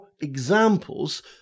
examples